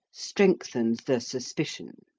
strengthens the suspicion.